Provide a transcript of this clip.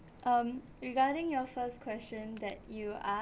um regarding your first question that you